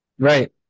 Right